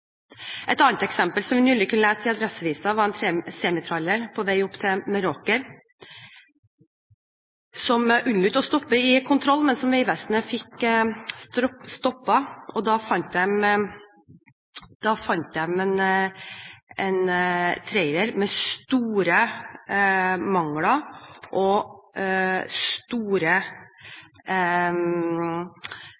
Et annet eksempel, som vi nylig kunne lese om i Adresseavisen, var en semitrailer på vei opp til Meråker som unnlot å stoppe i kontroll, men som Vegvesenet fikk stoppet. Traileren viste seg å ha store mangler og utgjorde en trafikksikkerhetsrisiko på våre veier. Mange av disse vogntogene overholder heller ikke kjøre- og